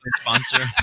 Sponsor